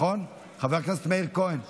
חבר הכנסת מאיר כהן בעד,